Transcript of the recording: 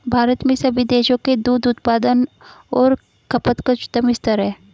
भारत में सभी देशों के दूध उत्पादन और खपत का उच्चतम स्तर है